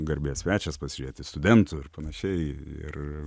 garbės svečias pasižiūrėti studentų ir panašiai ir